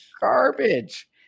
garbage